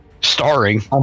Starring